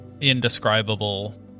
indescribable